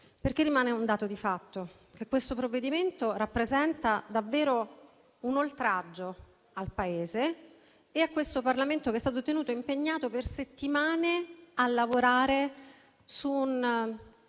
perché rimane un dato di fatto: questo provvedimento rappresenta davvero un oltraggio al Paese e a questo Parlamento, che è stato tenuto impegnato per settimane a lavorare su un